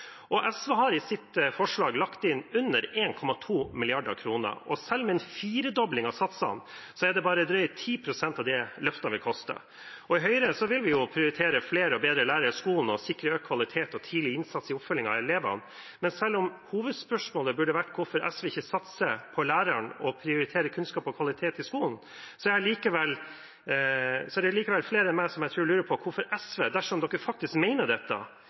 SV har i sitt forslag lagt inn under 1,2 mrd. kr, og selv med en firedobling av satsene er det bare drøyt 10 pst. av det løftene vil koste. I Høyre vil vi prioritere flere og bedre lærere i skolen og sikre økt kvalitet og tidlig innsats i oppfølging av elevene. Men selv om hovedspørsmålet burde vært hvorfor SV ikke satser på læreren og prioriterer kunnskap og kvalitet i skolen, er det likevel flere enn meg som jeg tror lurer på hvorfor SV, dersom de faktisk mener dette,